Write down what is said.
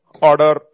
Order